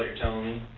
tonia